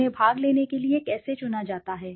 उन्हें भाग लेने के लिए कैसे चुना जाता है